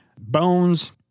bones